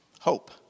Hope